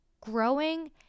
Growing